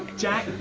jack.